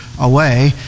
away